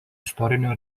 istorinio